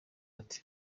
ati